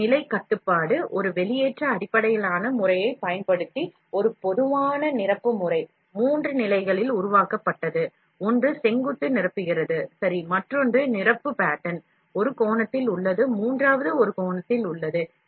ஒரு நிலை கட்டுப்பாடு ஒரு வெளியேற்ற அடிப்படையிலான முறையைப் பயன்படுத்தி ஒரு பொதுவான நிரப்பு முறை மூன்று நிலைகளில் உருவாக்கப்பட்டது ஒன்று செங்குத்து நிரப்புகிறது சரி மற்றொன்று நிரப்பு pattern ஒரு கோணத்தில் உள்ளது மூன்றாவது ஒரு கோணத்தில் உள்ளது